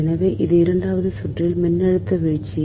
எனவே இது இரண்டாவது சுற்றில் மின்னழுத்த வீழ்ச்சி